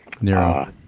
Nero